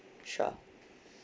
sure